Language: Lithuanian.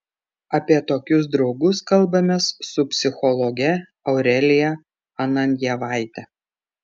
apie tokius draugus kalbamės su psichologe aurelija ananjevaite